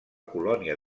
colònia